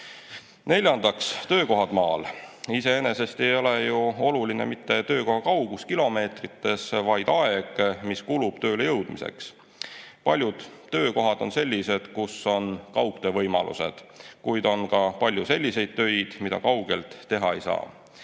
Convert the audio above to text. maksumus. Neljandaks, töökohad maal. Iseenesest ei ole ju oluline mitte töökoha kaugus kilomeetrites, vaid aeg, mis kulub tööle jõudmiseks. Paljud töökohad on sellised, kus on kaugtöö võimalused, kuid on ka palju selliseid töid, mida kaugelt teha ei saa.